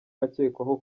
akekwaho